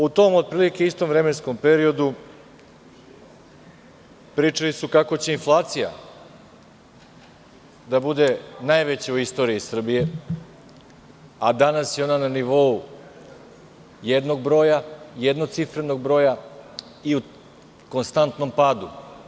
U tom otprilike istom vremenskom periodu pričali su kako će inflacija da bude najveća u istoriji Srbije, a danas je ona na nivou jednog broja, jednocifrenog broja i u konstantnom padu.